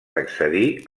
accedir